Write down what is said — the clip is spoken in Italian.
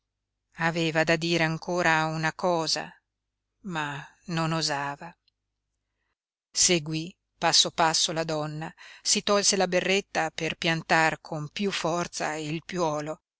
aveva da dire ancora una cosa ma non osava seguí passo passo la donna si tolse la berretta per piantar con piú forza il piuolo